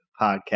podcast